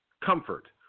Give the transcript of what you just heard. Comfort